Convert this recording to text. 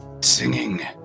singing